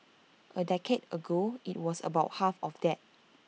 A decade ago IT was about half of that